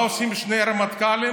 מה עושים שני רמטכ"לים?